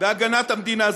בהגנת המדינה.